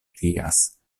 krias